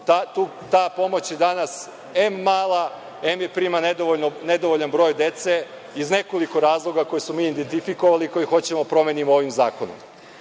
Ta pomoć je danas em mala, em je prima nedovoljan broj dece, iz nekoliko razloga koje smo mi identifikovali i koje hoćemo da promenimo ovim zakonom.